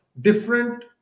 different